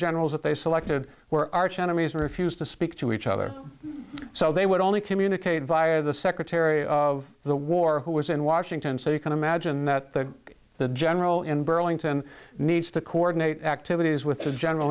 generals that they selected were arch enemies and refused to speak to each other so they would only communicate via the secretary of the war who was in washington so you can imagine that the general in burlington needs to coordinate activities with the general